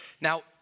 Now